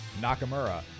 Nakamura